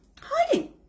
hiding